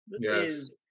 Yes